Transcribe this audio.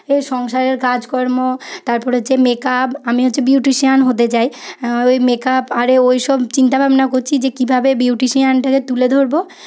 এই সংসারের কাজকর্ম তারপরে হচ্ছে মেকআপ আমি হচ্ছে বিউটিশীয়ান হতে চাই ওই মেকআপ আরে ওইসব চিন্তাভাবনা করছি যে কীভাবে বিউটিশীয়ানটাকে তুলে ধরব